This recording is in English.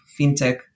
fintech